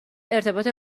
ارتباط